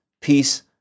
peace